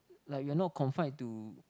like we're not confined to